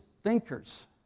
thinkers